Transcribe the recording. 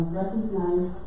recognize